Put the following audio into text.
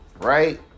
Right